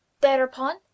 thereupon